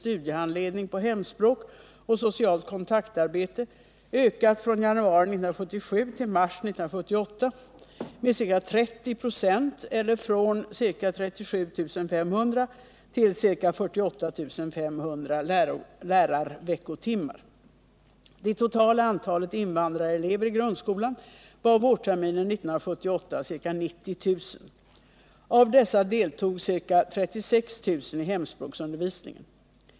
studiehandledning på hemspråk och socialt kontaktarbete ökat från januari 1977 till mars 1978 med ca 3096 eller från ca 37500 till ca 48 500 lärarveckotimmar. Det totala antalet invandrarelever i grundskolan var vårterminen 1978 ca 90 000. Av dessa deltog ca 36 000 i hemspråksundervisningen.